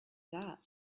that